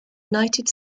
united